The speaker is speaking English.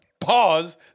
pause